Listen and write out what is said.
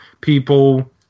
people